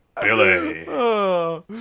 Billy